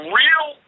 real